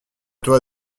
toi